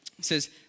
says